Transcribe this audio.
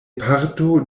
parto